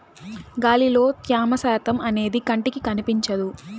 గాలిలో త్యమ శాతం అనేది కంటికి కనిపించదు